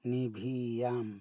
ᱱᱤᱵᱷᱤᱭᱟ